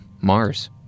Mars